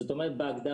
זאת אומרת בהגדרה,